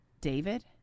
David